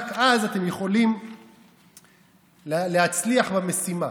רק אז אתם יכולים להצליח במשימה.